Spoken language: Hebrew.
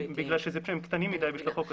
בגלל שהם קטנים מדי בשביל החוק הזה.